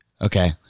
Okay